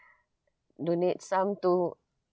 donate some to